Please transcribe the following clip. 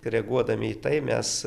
reaguodami į tai mes